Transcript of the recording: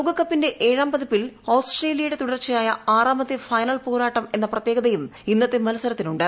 ലോകകപ്പിന്റെ ഏഴാംപതിപ്പിൽ ഓസ്ട്രേലിയയുടെ തുടർച്ചയായ ആറാമത്തെ ഫൈനൽ പോരാട്ടം എന്ന പ്രത്യേകതയും ഇന്നത്തെ മത്സരത്തിനുണ്ട്